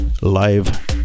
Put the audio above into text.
live